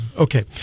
Okay